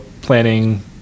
planning